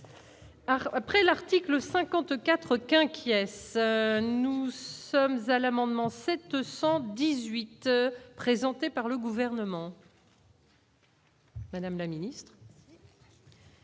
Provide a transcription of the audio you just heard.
après l'article 54 qu'inquiet s'nous tous, hommes à l'amendement cette 118 présenté par le gouvernement. Madame la ministre.